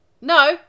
No